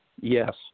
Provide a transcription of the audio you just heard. Yes